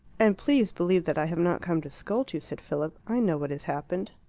and please believe that i have not come to scold you, said philip. i know what has happened.